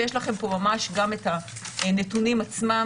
ויש לכם פה ממש גם את הנתונים עצמם,